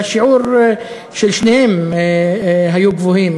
והשיעור של שתיהן היה גבוה.